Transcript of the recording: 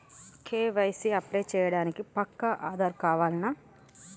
KYC apply చేయనీకి పక్కా ఆధార్ కావాల్నా?